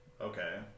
Okay